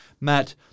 Matt